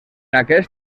aquest